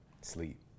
Sleep